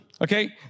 Okay